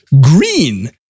green